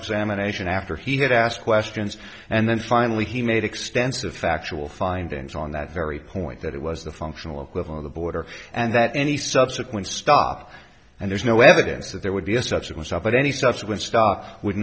examination after he had asked questions and then finally he made extensive factual findings on that very point that it was the functional equivalent the border and that any subsequent stop and there's no evidence that there would be a stretch it was up at any subsequent stop would